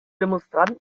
demonstranten